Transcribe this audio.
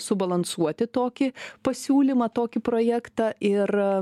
subalansuoti tokį pasiūlymą tokį projektą ir